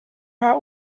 heart